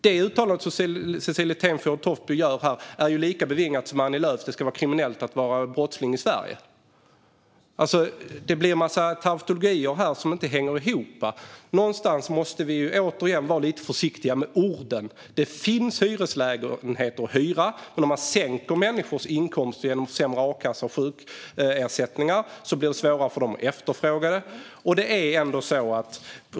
Det uttalande som Cecilie Tenfjord Toftby gör här är lika bevingat som Annie Lööfs att det ska vara kriminellt att vara brottsling i Sverige. Det blir en massa tautologier här som inte hänger ihop. Någonstans måste vi, återigen, vara lite försiktiga med orden. Det finns hyreslägenheter att hyra. Men om man sänker människors inkomster genom att försämra a-kassa och sjukersättningar blir det svårare för dem att efterfråga dem.